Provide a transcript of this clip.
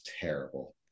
terrible